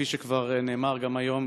כפי שכבר נאמר, היום